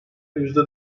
yüzde